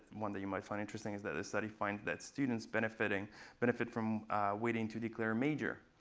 one that you might find interesting is that this study finds that students benefit and benefit from waiting to declare a major.